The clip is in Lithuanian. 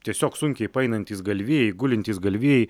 tiesiog sunkiai paeinantys galvijai gulintys galvijai